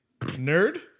Nerd